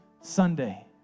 Sunday